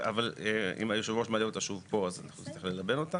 אבל אם היושב-ראש מעלה אותה שוב פה אז אנחנו נצטרך ללבן אותה.